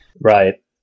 Right